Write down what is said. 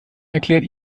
erklärt